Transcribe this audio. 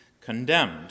condemned